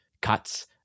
cuts